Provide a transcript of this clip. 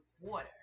water